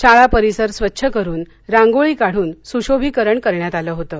शाळा परिसर स्वच्छ करुन रांगोळी काढून सुशोभीकरण करण्यात आलं होतं